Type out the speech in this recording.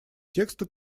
текста